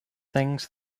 things